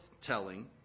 telling